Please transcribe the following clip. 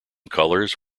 colors